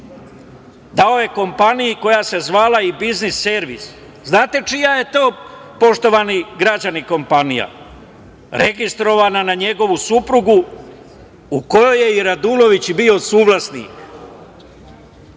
Dao je kompaniji koja se zvala „E biznis servis“. Da li znate čija je to, poštovani građani, kompanija? Registrovana je na njegovu suprugu u kojoj je Radulović bio suvlasnik. Kada